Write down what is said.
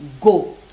go